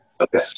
Okay